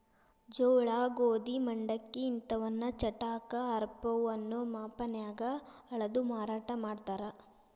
ಜೋಳ, ಗೋಧಿ, ಮಂಡಕ್ಕಿ ಇಂತವನ್ನ ಚಟಾಕ, ಆರಪೌ ಅನ್ನೋ ಮಾಪನ್ಯಾಗ ಅಳದು ಮಾರಾಟ ಮಾಡ್ತಾರ